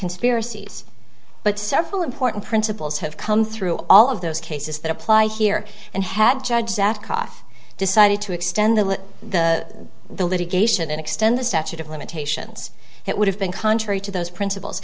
conspiracies but several important principles have come through all of those cases that apply here and had judges cough decided to extend the the litigation and extend the statute of limitations that would have been contrary to those princip